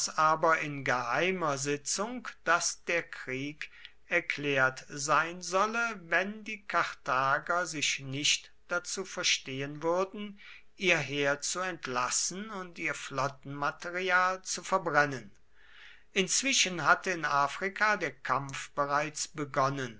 aber in geheimer sitzung daß der krieg erklärt sein solle wenn die karthager sich nicht dazu verstehen würden ihr heer zu entlassen und ihr flottenmaterial zu verbrennen inzwischen hatte in afrika der kampf bereits begonnen